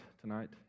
tonight